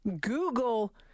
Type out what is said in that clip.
Google